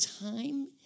time